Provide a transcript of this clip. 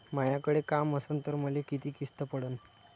मायाकडे काम असन तर मले किती किस्त पडन?